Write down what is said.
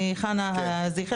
אני חנה זיכל,